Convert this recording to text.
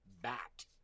Bat